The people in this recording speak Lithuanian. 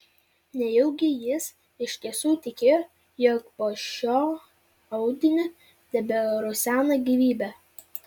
nejaugi jis iš tiesų tikėjo jog po šiuo audiniu teberusena gyvybė